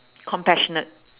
compassionate